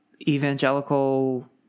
evangelical